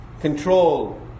control